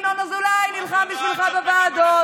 ואתה יודע שינון אזולאי נלחם בשבילך בוועדות,